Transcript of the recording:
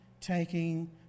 taking